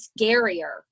scarier